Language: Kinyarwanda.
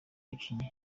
abakinnyi